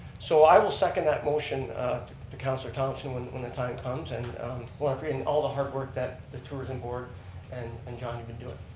so i will second that motion to councillor thomsen when when the times comes and and all the hard work that the tourism board and and john, you've been doing.